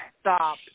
Stop